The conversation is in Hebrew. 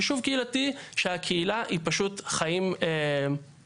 יישוב קהילתי שהקהילה היא פשוט חיים משותפים.